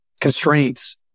constraints